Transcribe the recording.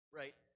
right